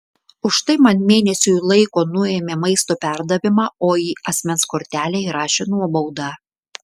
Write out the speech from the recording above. už tai man mėnesiui laiko nuėmė maisto perdavimą o į asmens kortelę įrašė nuobaudą